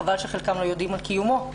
חבל שחלקם לא יודעים על קיומו,